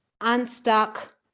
unstuck